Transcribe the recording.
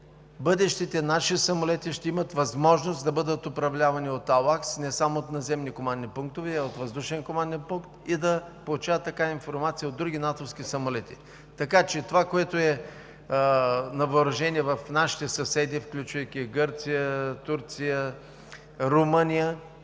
бъдещите наши самолети ще имат възможност да бъдат управлявани от AWACS не само от наземни командни пунктове, а и от въздушни командни пунктове и да получават такава информация от други натовски самолети. Така че това, което е на въоръжение в нашите съседи, включвайки Гърция, Турция, Румъния,